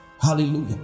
Hallelujah